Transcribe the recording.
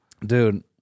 Dude